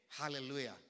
Hallelujah